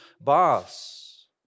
boss